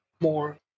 more